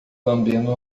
lambendo